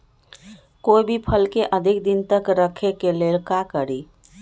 कोई भी फल के अधिक दिन तक रखे के लेल का करी?